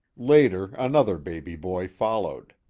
later, another baby boy followed.